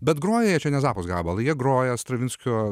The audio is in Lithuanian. bet groja jie čia ne zappos gabalą jie groja stravinskio